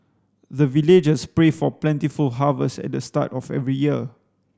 the villagers pray for plentiful harvest at the start of every year